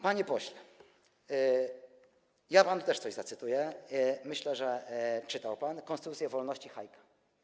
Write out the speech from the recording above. Panie pośle, ja panu też coś zacytuję, myślę, że czytał pan „Konstytucję wolności” Hayeka.